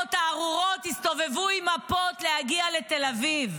הנוח'בות הארורות הסתובבו עם מפות להגיע לתל אביב,